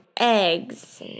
eggs